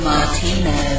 Martino